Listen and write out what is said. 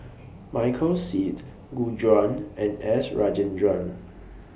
Michael Seet Gu Juan and S Rajendran